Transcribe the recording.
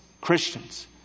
Christians